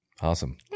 awesome